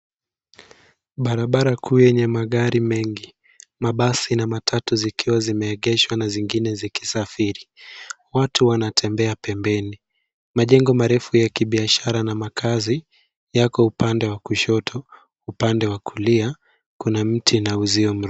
Barabara kuu yenye magari mengi. Mabasi na matatu zikiwa zimeegeshwa na zingine zikisafiri. Watu wanatembea pembeni. Majengo marefu ya kibiashara na makazi yako upande wa kushoto. Upande wa kulia kuna miti na uzio mrefu.